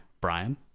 brian